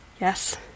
Yes